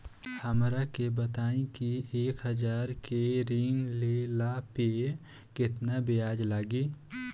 हमरा के बताई कि एक हज़ार के ऋण ले ला पे केतना ब्याज लागी?